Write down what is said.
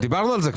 דיברנו על זה.